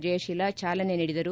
ಜಯಶೀಲಾ ಚಾಲನೆ ನೀಡಿದರು